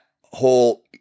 whole